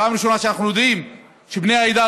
פעם ראשונה שאנחנו יודעים שבני העדה